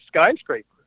skyscraper